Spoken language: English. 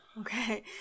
Okay